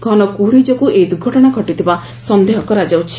ଘନ କୁହୁଡ଼ି ଯୋଗୁଁ ଏହି ଦୁର୍ଘଟଣା ଘଟିଥିବା ସନ୍ଦେହ କରାଯାଉଛି